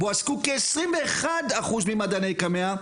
בו עסקו כעשרים ואחד אחוז ממדעני קמ"ע,